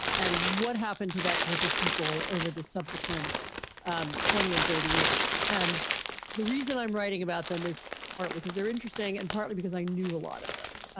and what happened to that group of people over the subsequent um twenty and thirty years? and the reason i'm writing about them is partly because they're interesting and partly because i knew a lot of them,